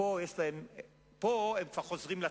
פה הם כבר חוזרים לטריק.